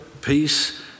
peace